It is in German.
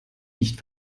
nicht